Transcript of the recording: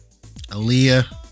Aaliyah